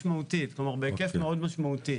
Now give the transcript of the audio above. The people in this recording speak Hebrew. מאוד משמעותית כלומר בהיקף מאוד משמעותי